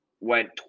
went